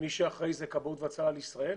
מי שאחראי זאת כבאות והצלה לישראל.